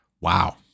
Wow